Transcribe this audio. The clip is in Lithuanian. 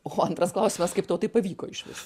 o antras klausimas kaip tau taip pavyko išvis